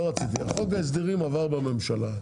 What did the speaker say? חוק ההסדרים עבר בממשלה,